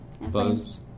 Buzz